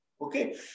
Okay